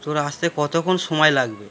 তোর আসতে কতক্ষণ সময় লাগবে